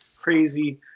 crazy